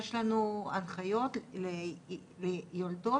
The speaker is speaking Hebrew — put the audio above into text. יש לנו הנחיות ליולדות